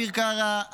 אביר קארה,